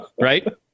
Right